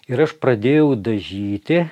ir aš pradėjau dažyti